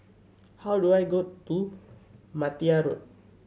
how do I got to Martia Road